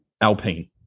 Alpine